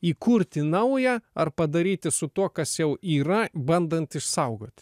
įkurti naują ar padaryti su tuo kas jau yra bandant išsaugoti